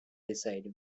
decide